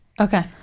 Okay